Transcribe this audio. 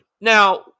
Now